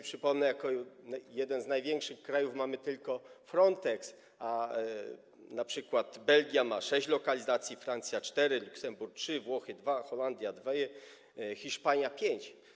Przypomnę, że jako jeden z największych krajów mamy tylko Frontex, a np. Belgia ma sześć lokalizacji, Francja - cztery, Luksemburg - trzy, Włochy - dwie, Holandia - dwie, Hiszpania - pięć.